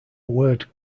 word